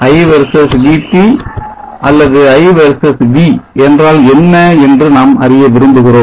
i versus VT அல்லது i versus V என்றால் என்ன என்று நாம் அறிய விரும்புகிறோம்